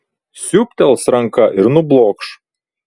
siūbtels ranka ir nublokš